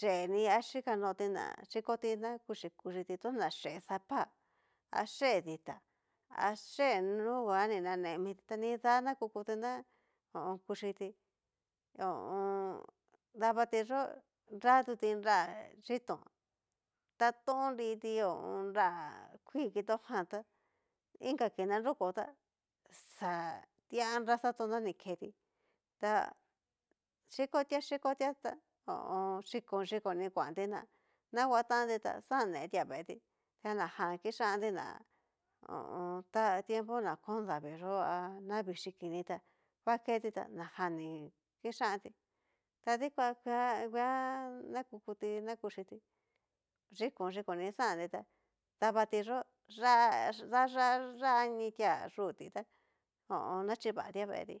yee ni a chikano ti na há xhikotí, na kuxi kuxiti toña yee sapá ta yee ditá a yee nunguan ni nane miti na nida na xhikoti ná hon kuxhiti ho o on. davati yó nratuti nra yitón, ta on nriti nra kuii kitó jan tá, inka kii na nroko ta xa tianratón na ni ketí, ta xhikoti xhikoti ta xhikon xhikon ni kuanti ná, nanguatanti ta xanetía veetí, ta najan kixanti na ho o on. tiempo na kon davii yó a na vichí kini ta va keti ta najan ní kixanti ta dikan kue nguan nakukuti na kuchíti xhikon xhikon ni xanti ta davati yó yá daya ya nitia yuti tá nachivati veeti.